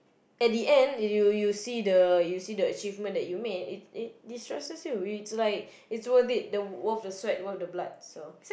at the end you'll you'll see the you'll see the achievement that you made it it destresses you it's like it's worth the sweat worth the blood so